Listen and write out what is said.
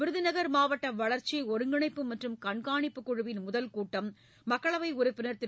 விருதுநகர் மாவட்ட வளர்ச்சி ஒருங்கிணைப்பு மற்றும் கண்காணிப்புக்குழுவின் முதல் கூட்டம் மக்களவை உறுப்பினர் திரு